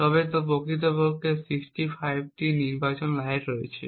তবে প্রকৃতপক্ষে 65টি নির্বাচিত লাইন রয়েছে